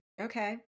okay